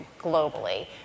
globally